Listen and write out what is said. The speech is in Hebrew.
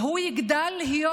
והוא יגדל להיות,